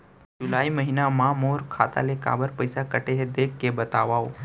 जुलाई महीना मा मोर खाता ले काबर पइसा कटे हे, देख के बतावव?